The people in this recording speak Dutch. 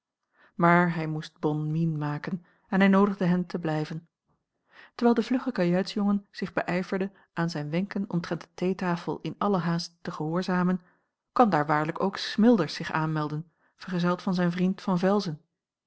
maar hij moest bonne mine maken en hij noodigde hen te blijven terwijl de vlugge kajuitsjongen zich beijverde aan zijne wenken omtrent de theetafel in alle haast te gehoorzamen kwam daar waarlijk ook smilders zich aanmelden vergezeld van zijn vriend van velzen